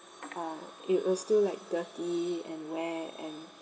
uh it was still like dirty and wet and